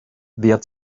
wer